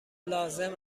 لازم